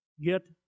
get